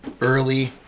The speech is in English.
early